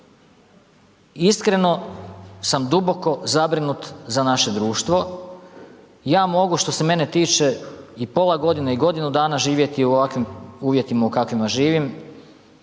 iskreno sam duboko zabrinut za naše društvo. Ja mogu što se mene tiče i pola godine i godinu dana živjeti u ovakvim uvjetima u kakvima živim.